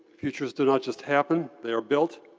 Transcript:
futures do not just happen. they are built.